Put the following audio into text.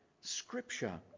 Scripture